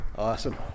awesome